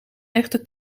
echte